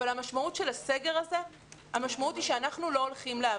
אבל המשמעות של הסגר הזה היא שאנחנו לא הולכים לעבוד,